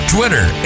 Twitter